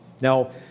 Now